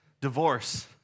Divorce